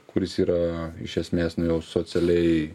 kuris yra iš esmės nu jau socialiai